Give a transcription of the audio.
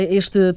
este